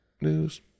news